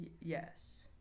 Yes